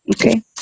Okay